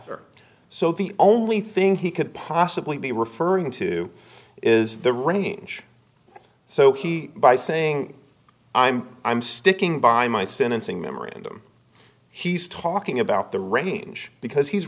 here so the only thing he could possibly be referring to is the running so he by saying i'm i'm sticking by my sentencing memorandum he's talking about the range because he's